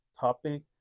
topic